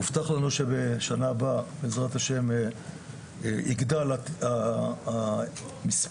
הובטח לנו שבשנה הבאה יגדל המספר.